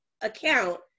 account